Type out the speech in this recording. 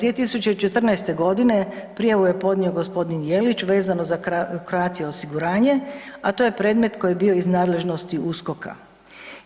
2014. godine prijavu je podnio gospodin Jelić vezano za Croatia osiguranje, a to je predmet koji je bio iz nadležnosti USKOK-a.